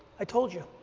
i told you.